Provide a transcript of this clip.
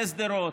בשדרות.